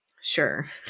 Sure